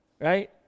right